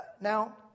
Now